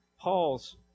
Paul's